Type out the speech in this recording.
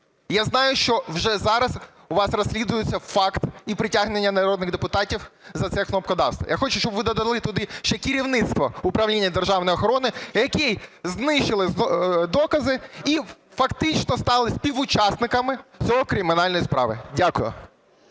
Я знаю, що вже зараз у вас розслідується факт і притягнення народних депутатів за це кнопкодавство. Я хочу, щоб ви додали туди ще керівництво Управління державної охорони, які знищили докази і фактично стали співучасниками цієї кримінальної справи. Дякую.